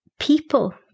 people